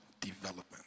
development